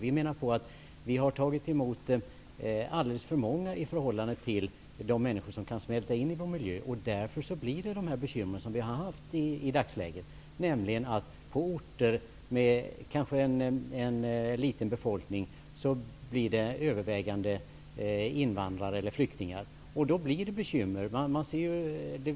Vi anser att Sverige har tagit emot alldeles för många flyktingar i förhållande till det antal människor som kan smälta in i vår miljö. Därför uppstår de bekymmer som vi har haft i dagsläget. Om man på orter med en liten befolkning placerar för många invandrare eller flyktingar, blir det bekymmmer.